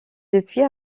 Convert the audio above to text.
depuis